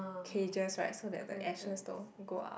cages right so that the ashes don't go out